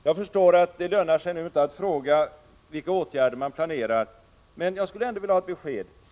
Jag förstår att det nu inte lönar sig att fråga vilka åtgärder som planeras. Men jag skulle ändå vilja ha besked.